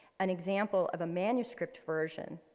an example of a manuscript version,